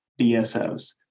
DSOs